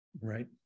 right